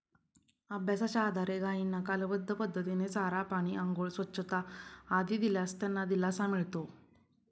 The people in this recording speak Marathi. अभ्यासाच्या आधारे गायींना कालबद्ध पद्धतीने चारा, पाणी, आंघोळ, स्वच्छता आदी दिल्यास त्यांना दिलासा मिळतो